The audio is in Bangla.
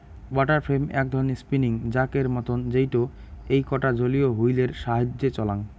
ওয়াটার ফ্রেম এক ধরণের স্পিনিং জাক এর মতন যেইটো এইকটা জলীয় হুইল এর সাহায্যে চলাং